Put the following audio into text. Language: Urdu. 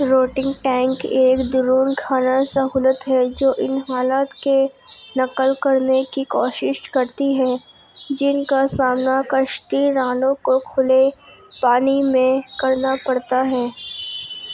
روٹنگ ٹینک ایک درون خانہ سہولت ہے جو ان حالات کی نقل کرنے کی کوشش کرتی ہے جن کا سامنا کشتی رانوں کو کھلے پانی میں کرنا پڑتا ہے